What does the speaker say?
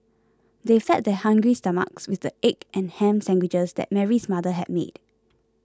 they fed their hungry stomachs with the egg and ham sandwiches that Mary's mother had made